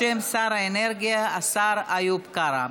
בשם שר האנרגיה, השר איוב קרא.